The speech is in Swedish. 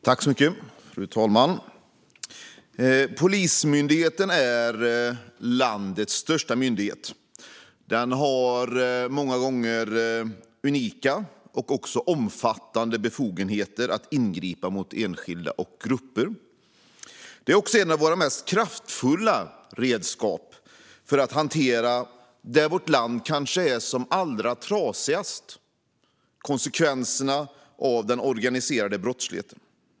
Fru talman! Polismyndigheten är landets största myndighet. Den har omfattande, många gånger unika, befogenheter att ingripa mot enskilda och grupper. Den är också ett av de mest kraftfulla redskapen för att hantera det kanske allra trasigaste i vårt land: konsekvenserna av den organiserade brottsligheten.